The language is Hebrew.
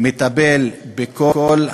מטפל בכל הסוגיות,